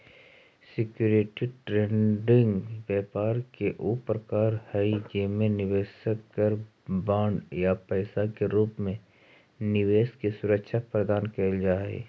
security trading व्यापार के ऊ प्रकार हई जेमे निवेशक कर बॉन्ड या पैसा के रूप में निवेश के सुरक्षा प्रदान कैल जा हइ